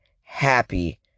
happy